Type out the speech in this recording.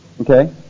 okay